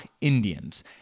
Indians